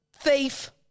Thief